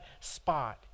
spot